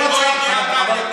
ללא ידיעת אריה דרעי?